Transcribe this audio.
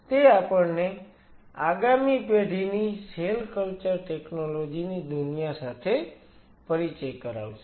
તે આપણને આગામી પેઢીની સેલ કલ્ચર ટેકનોલોજી ની દુનિયા સાથે પરિચય કરાવશે